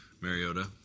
Mariota